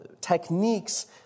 techniques